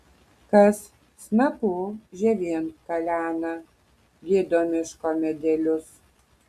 kas snapu žievėn kalena gydo miško medelius